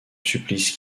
supplice